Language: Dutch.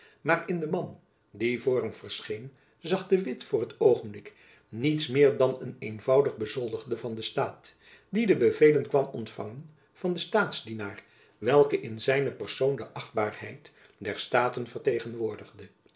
maar in den man die voor hem verscheen zag de witt voor t oogenblik niets meer dan een eenvoudig bezoldigde van den staat die de bevelen kwam ontfangen van den staatsdienaar welke in zijne persoon de achtbaarheid der staten vertegenwoordigde